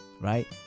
Right